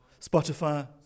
Spotify